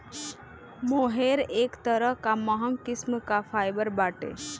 मोहेर एक तरह कअ महंग किस्म कअ फाइबर बाटे